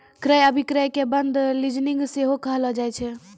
क्रय अभिक्रय के बंद लीजिंग सेहो कहलो जाय छै